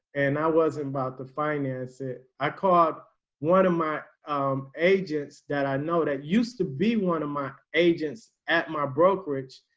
and i wasn't about to finance it. i caught one of my agents that i know that used to be one of my agents at my brokerage.